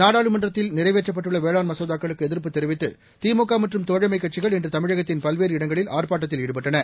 நாடாளுமன்றத்தில் நிறைவேற்றப்பட்டுள்ள வேளாண் மசோதாக்களுக்கு எதிா்ப்பு தெரிவித்து திமுக மற்றும் தோழமை கட்சிகள் இன்று தமிழகத்தின் பல்வேறு இடங்களில் ஆர்ப்பாட்டத்தில் ஈடுபட்டன